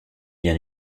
bien